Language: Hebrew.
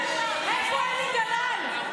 איפה אלי דלל?